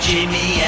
Jimmy